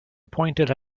appointed